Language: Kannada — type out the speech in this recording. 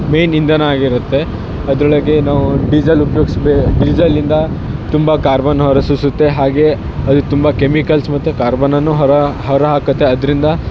ಮೇನ್ ಇಂಧನ ಆಗಿರುತ್ತೆ ಅದರೊಳಗೆ ನಾವು ಡೀಸಲ್ ಉಪ್ಯೋಗ್ಸಿ ಬೇ ಡೀಸಲಿಂದ ತುಂಬ ಕಾರ್ಬನ್ ಹೊರಸೂಸುತ್ತೆ ಹಾಗೇ ಅದು ತುಂಬ ಕೆಮಿಕಲ್ಸ್ ಮತ್ತು ಕಾರ್ಬನನ್ನು ಹೊರ ಹೊರ ಹಾಕುತ್ತೆ ಅದರಿಂದ